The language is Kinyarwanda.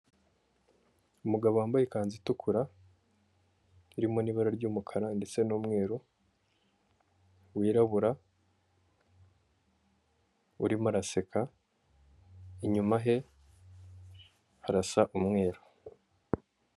Umugabo wambaye ikanzu itukura, irimo n ibara ry'umukara ndetse n'umweru, wirabura, urimo araseka, inyuma he harasa umweru.